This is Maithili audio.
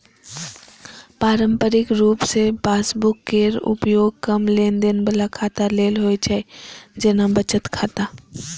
पारंपरिक रूप सं पासबुक केर उपयोग कम लेनदेन बला खाता लेल होइ छै, जेना बचत खाता